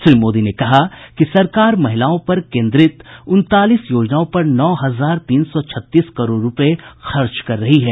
श्री मोदी ने कहा कि सरकार महिलाओं पर केन्द्रित उनतालीस योजनाओं पर नौ हजार तीन सौ छत्तीस करोड़ रूपये खर्च कर रही है